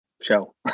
show